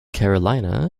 carolina